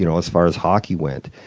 you know as far as hockey went.